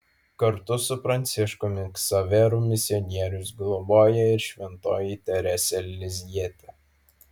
kartu su pranciškumi ksaveru misionierius globoja ir šventoji teresė lizjietė